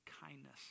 kindness